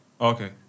Okay